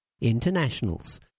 Internationals